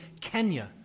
Kenya